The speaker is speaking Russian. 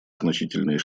значительные